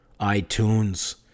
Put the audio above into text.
iTunes